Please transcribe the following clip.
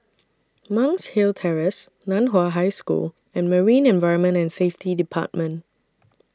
Monk's Hill Terrace NAN Hua High School and Marine Environment and Safety department